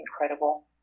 incredible